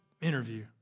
interview